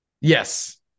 Yes